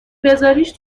بزاریش